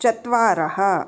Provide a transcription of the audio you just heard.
चत्वारः